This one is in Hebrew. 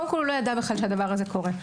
הוא לא ידע שהדבר הזה קורה בכלל.